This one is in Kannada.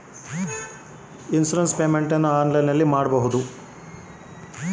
ಇನ್ಸೂರೆನ್ಸ್ ಪೇಮೆಂಟ್ ಆನ್ಲೈನಿನಲ್ಲಿ ಮಾಡಬಹುದಾ?